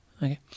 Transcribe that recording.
Okay